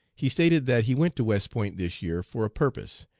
he stated that he went to west point this year for a purpose,